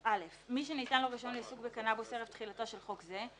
3. (א)מי שניתן לו רישיון לעיסוק בקנבוס ערב תחילתו של חוק זה,